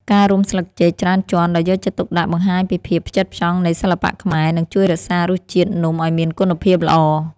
ការរុំស្លឹកចេកច្រើនជាន់ដោយយកចិត្តទុកដាក់បង្ហាញពីភាពផ្ចិតផ្ចង់នៃសិល្បៈខ្មែរ និង ជួយរក្សារសជាតិនំឱ្យមានគុណភាពល្អ។